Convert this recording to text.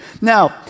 Now